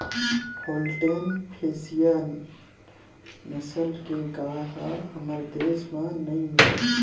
Holstein Friesian नसल के गाय ह हमर देस म नइ मिलय